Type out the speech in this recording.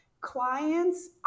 clients